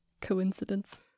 coincidence